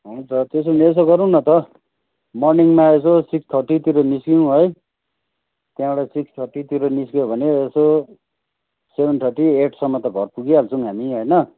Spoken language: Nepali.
हुन्छ त्यसो भने यसो गरौँ न त मर्निङमा यसो सिक्स थर्टीतिर निस्कौँ है त्यहाँबाट सिक्स थर्टीतिर निस्क्यो भने यसो सेभेन थर्टी एटसम्म त घर पुगिहाल्छौँ हामी होइन